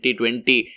2020